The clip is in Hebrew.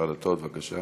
שר הדתות, בבקשה.